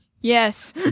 Yes